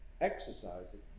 exercising